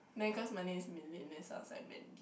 then because my name is Min-Lin then it sounds like Mandy